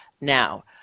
now